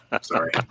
sorry